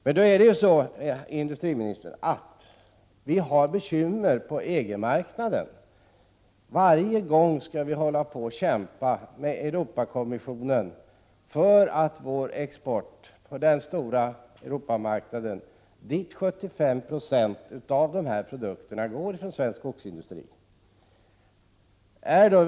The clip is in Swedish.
Men, industriministern, vi har ju bekymmer på EG marknaden. Vi måste vid varje tillfälle kämpa med Europakommissionen för att få igenom vår export till den stora Europamarknaden, och dit går för närvarande 75 90 av svensk skogsindustris tillverkning av dessa produkter.